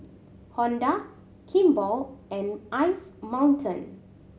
Honda Kimball and Ice Mountain